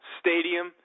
stadium